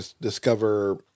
discover